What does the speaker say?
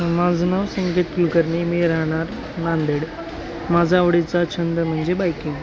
माझं नाव संकेत कुलकर्नी मी राहणार नांदेड माझा आवडीचा छंद म्हणजे बायकिंग